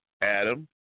Adam